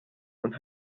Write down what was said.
und